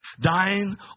dying